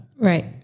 Right